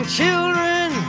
children